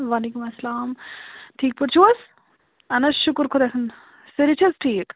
وعلیکُم اسلام ٹھیٖک پٲٹھۍ چھِو حظ اہَن حظ شُکُر خۄدایس کُن سٲری چھِ حظ ٹھیٖک